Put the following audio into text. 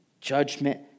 Judgment